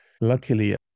Luckily